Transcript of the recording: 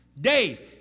days